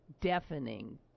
deafening